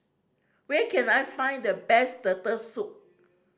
where can I find the best Turtle Soup